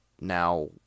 Now